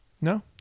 No